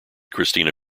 christina